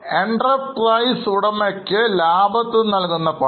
എൻറെ പ്രൈസ് ഉടമയ്ക്ക് ലാഭത്തിൽ നിന്നും നൽകുന്ന പണം